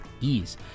ease